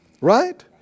right